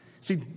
see